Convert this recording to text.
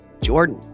Jordan